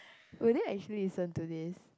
will they actually listen to this